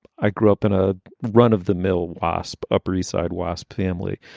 i grew up in a run of the mill wasp, upper east side wasp family.